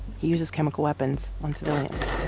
he uses chemical weapons on civilians